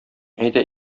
әйдә